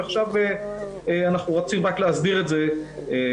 ועכשיו אנחנו רוצים רק להסדיר את זה בחקיקה.